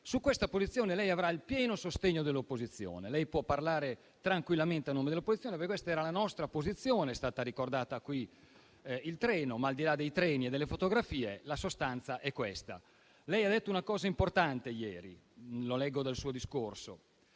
Su questa posizione, quindi, lei avrà il pieno sostegno dell'opposizione. Lei può parlare tranquillamente a nome dell'opposizione. Questa era la nostra posizione, è stato ricordato qui il treno, ma al di là dei treni e delle fotografie, la sostanza è questa. Lei ha detto una cosa importante ieri, che ho letto dal testo delle sue